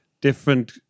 different